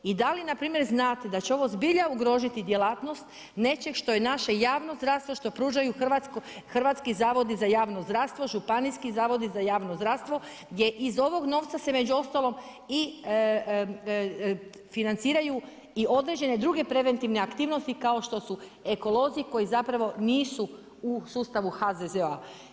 I da li npr. znate da će ovo zbilja ugrozi djelatnost nečeg što je naše javno zdravstvo, što pružaju hrvatski zavodi za javno zdravstvo, županijski zavod iza javno zdravstvo gdje iz ovog novca se među ostalom i financiraju određene druge preventivne aktivnosti kako što su ekolozi koji zapravo nisu u sustavu HZZO-a.